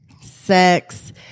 sex